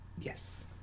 yes